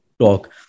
talk